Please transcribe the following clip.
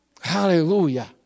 Hallelujah